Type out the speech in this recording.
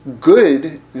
good